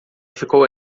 ficou